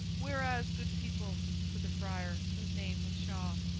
whereas, good people said the friar, whose name was shaw,